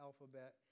alphabet